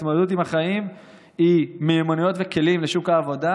התמודדות עם החיים היא מיומנויות וכלים לשוק העבודה,